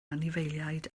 anifeiliaid